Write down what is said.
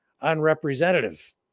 unrepresentative